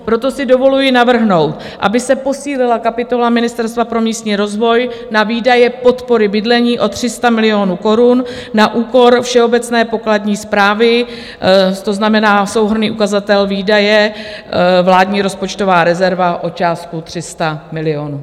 Proto si dovoluji navrhnout, aby se posílila kapitola Ministerstva pro místní rozvoj na Výdaje podpory bydlení o 300 milionů korun na úkor Všeobecné pokladní správy, to znamená souhrnný ukazatel Výdaje, Vládní rozpočtová rezerva, o částku 300 milionů.